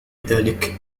ذلك